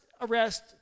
arrest